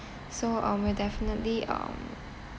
so I will definitely um